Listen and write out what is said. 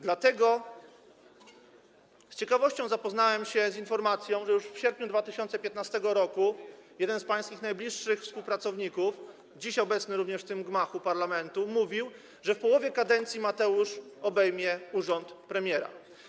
Dlatego z ciekawością zapoznałem się z informacją, że już w sierpniu 2015 r. jeden z pańskich najbliższych współpracowników, dziś również obecny w gmachu parlamentu, mówił, że w połowie kadencji Mateusz obejmie urząd premiera.